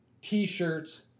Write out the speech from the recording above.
t-shirts